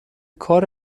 کار